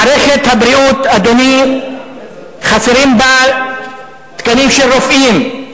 מערכת הבריאות, אדוני, חסרים בה תקנים של רופאים,